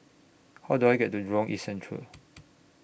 How Do I get to Jurong East Central